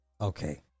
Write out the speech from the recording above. okay